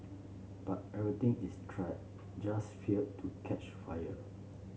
but everything is tried just failed to catch fire